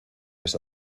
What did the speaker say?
les